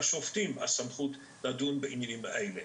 לשופטים הסמכות לדון בעניינים האלה.